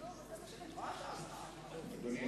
אדוני,